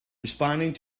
responding